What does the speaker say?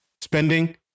Spending